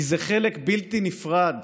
כי זה חלק בלתי נפרד